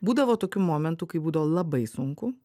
būdavo tokių momentų kai būdavo labai sunku